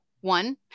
one